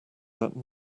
that